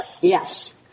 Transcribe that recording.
Yes